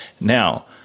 Now